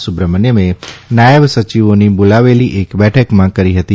સુબ્રમાસ્થમે નાયબ સચિવાનીબાલાવેલી એક બેઠકમાં કરી હતી